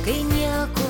kai nieko